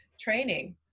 training